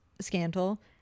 scandal